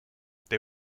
they